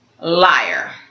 liar